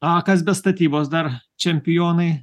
a kas be statybos dar čempionai